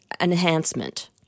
enhancement